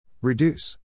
Reduce